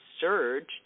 surged